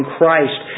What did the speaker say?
Christ